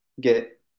get